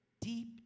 deep